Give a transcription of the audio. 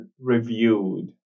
reviewed